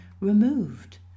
removed